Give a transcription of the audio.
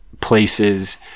places